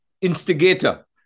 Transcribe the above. instigator